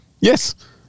Yes